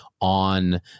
on